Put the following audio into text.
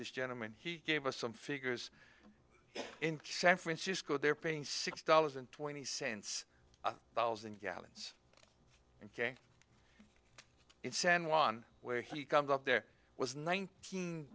this gentleman he gave us some figures in san francisco they're paying six dollars and twenty cents a thousand gallons and it san juan where he comes up there was nine